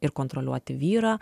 ir kontroliuoti vyrą